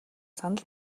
санал